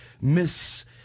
Miss